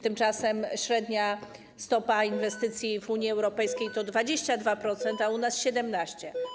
Tymczasem średnia stopa inwestycji w Unii Europejskiej to 22%, a u nas 17%.